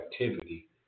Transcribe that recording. activity